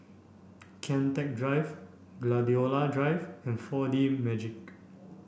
Kian Teck Drive Gladiola Drive and four D Magix